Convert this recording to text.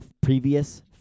previous